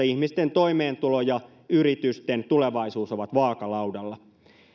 ihmisten toimeentulo ja yritysten tulevaisuus ovat vaakalaudalla